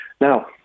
Now